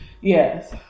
Yes